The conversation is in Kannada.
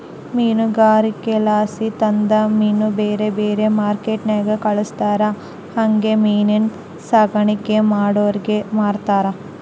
ಮೀನುಗಾರಿಕೆಲಾಸಿ ತಂದ ಮೀನ್ನ ಬ್ಯಾರೆ ಬ್ಯಾರೆ ಮಾರ್ಕೆಟ್ಟಿಗೆ ಕಳಿಸ್ತಾರ ಹಂಗೆ ಮೀನಿನ್ ಸಾಕಾಣಿಕೇನ ಮಾಡೋರಿಗೆ ಮಾರ್ತಾರ